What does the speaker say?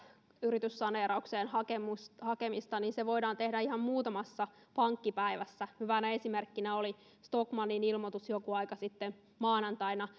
yrityssaneeraukseen hakemista niin se voidaan tehdä ihan muutamassa pankkipäivässä hyvänä esimerkkinä oli stockmannin ilmoitus joku aika sitten maanantaina